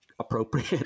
Appropriate